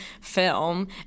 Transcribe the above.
film